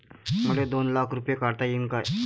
मले दोन लाख रूपे काढता येईन काय?